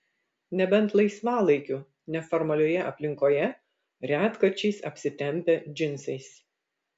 nebent laisvalaikiu neformalioje aplinkoje retkarčiais apsitempia džinsais